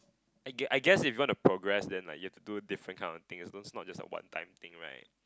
I gue~ I guess if you want to progress then like you have to do different kind of things those it's not just a one time thing right